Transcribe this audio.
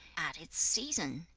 at its season!